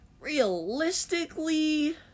Realistically